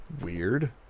Weird